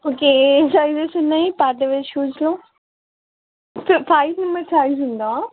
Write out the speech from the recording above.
okay ఏ sizes ఉన్నాయి party wear షూస్లో ఫైవ్ నంబర్ సైజ్ ఉందా